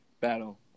battle